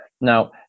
now